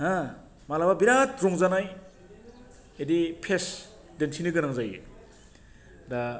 हो मालाबा बिराद रंजानाय इदि पेस दिन्थिनो गोनां जायो दा